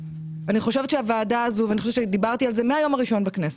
וזה נושא שדיברתי עליו מהיום הראשון שלי בכנסת.